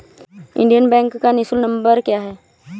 Indian bank का निःशुल्क number क्या है?